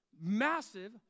massive